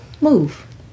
move